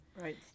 right